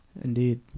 indeed